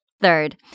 Third